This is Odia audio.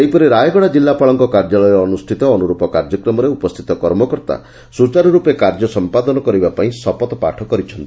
ସେହିପରି ରାୟଗଡ଼ା ଜିଲ୍ଲାପାଳଙ୍କ କାର୍ଯ୍ୟାଳୟରେ ଅନୁଷ୍ଠିତ ଅନୁର୍ରପ କାର୍ଯ୍ୟକ୍ରମରେ ଉପସ୍ଥିତ କର୍ମକର୍ତା ସୂଚାରୁର୍ପେ କାର୍ଯ୍ୟ ସମ୍ମାଦନ କରିବା ପାଇଁ ଶପଥପାଠ କରିଛନ୍ତି